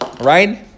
right